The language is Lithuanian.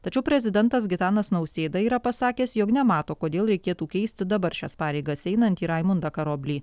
tačiau prezidentas gitanas nausėda yra pasakęs jog nemato kodėl reikėtų keisti dabar šias pareigas einantį raimundą karoblį